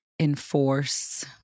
enforce